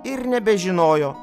ir nebežinojo